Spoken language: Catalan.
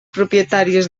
propietaris